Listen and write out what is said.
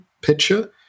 picture